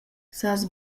sas